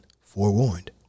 forewarned